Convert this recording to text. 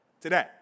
today